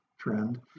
trend